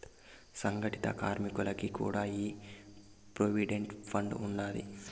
సంగటిత కార్మికులకి కూడా ఈ ప్రోవిడెంట్ ఫండ్ ఉండాది